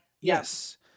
Yes